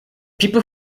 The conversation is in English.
people